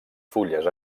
fulles